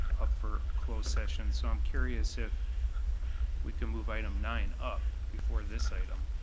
up for closed session, so i'm curious if we can move item nine up before this item,